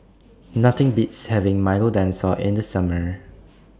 Nothing Beats having Milo Dinosaur in The Summer